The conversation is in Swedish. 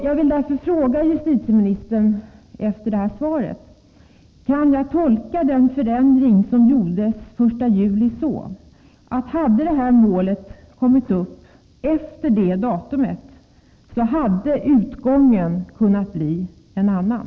Jag vill därför fråga justitieministern, efter det här svaret: Kan jag tolka den förändring som gjordes den 1 juli så, att om det här målet hade kommit upp efter detta datum hade utgången kunnat bli en annan?